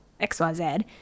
xyz